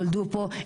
נולדו פה,